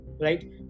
right